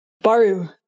Baru